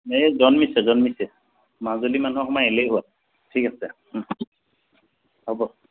এই জন্মিছে জন্মিছে মাজুলী মানুহৰ সময় এলেহুৱা ঠিক আছে হ'ব